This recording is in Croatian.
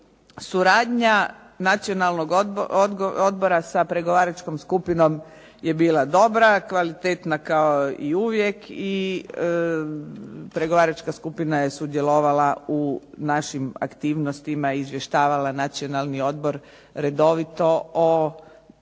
Suradnja Nacionalnog odbora sa pregovaračkom skupinom je bila dobra, kvalitetna kao i uvijek i pregovaračka skupina je sudjelovala u našim aktivnostima, izvještavala Nacionalni odbor redovito o napredovanju